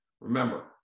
Remember